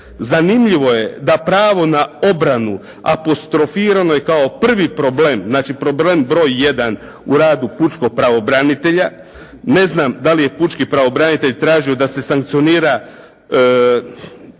zanimljivo je da pravo na obranu apostrofiranoj kao prvo problem, znači problem broj 1 u radu pučkog pravobranitelja. Ne znam da li je pučki pravobranitelj tražio da se sankcionira